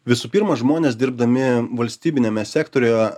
visų pirma žmonės dirbdami valstybiniame sektoriuje